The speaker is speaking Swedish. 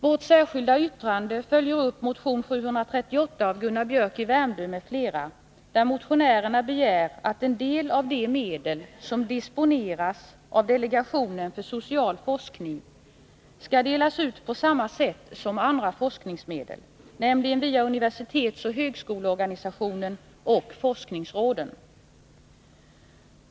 Vårt särskilda yttrande följer upp motion 738 av Gunnar Biörck i Värmdö m.fl., där motionärerna begär att en del av de medel som disponeras av delegationen för social forskning skall delas ut på samma sätt som andra forskningsmedel, nämligen via universitetsoch högskoleorganisationen och forskningsråden.